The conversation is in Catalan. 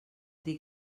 dir